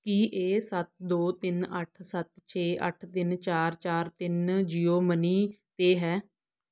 ਕੀ ਇਹ ਸੱਤ ਦੋ ਤਿੰਨ ਅੱਠ ਸੱਤ ਛੇ ਅੱਠ ਤਿੰਨ ਚਾਰ ਚਾਰ ਤਿੰਨ ਜੀਓ ਮਨੀ 'ਤੇ ਹੈ